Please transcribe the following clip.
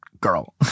girl